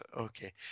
Okay